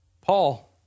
Paul